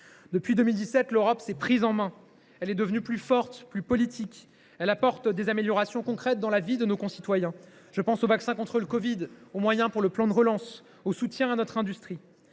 Depuis 2017, l’Europe s’est prise en main. Elle est devenue plus forte, plus politique. Elle apporte des améliorations concrètes à la vie de nos concitoyens. Je pense aux vaccins contre le covid 19, aux moyens du plan de relance, au soutien à notre industrie.